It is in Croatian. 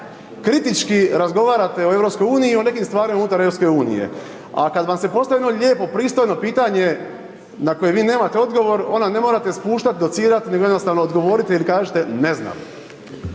kritički razgovarate o EU i o nekim stvarima unutar EU. A kad vam se postavi jedno lijepo pristojno pitanje na koje vi nemate odgovor onda ne morate spuštat, docirat, nego jednostavno odgovorite ili kažite ne znam.